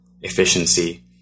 efficiency